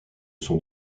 sont